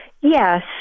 Yes